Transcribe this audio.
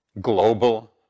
global